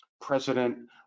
president